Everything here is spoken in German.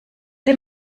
dem